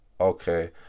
Okay